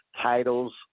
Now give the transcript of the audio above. titles